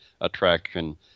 attraction